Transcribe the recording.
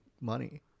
money